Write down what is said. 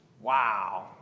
Wow